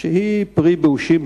שהיא פרי באושים,